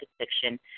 addiction